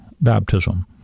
baptism